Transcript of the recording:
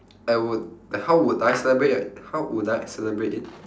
I would like how would I celebrate right how would I celebrate it